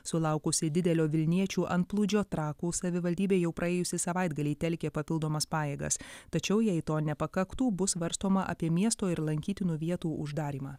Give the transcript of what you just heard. sulaukusi didelio vilniečių antplūdžio trakų savivaldybėje jau praėjusį savaitgalį telkė papildomas pajėgas tačiau jei to nepakaktų bus svarstoma apie miesto ir lankytinų vietų uždarymą